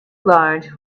large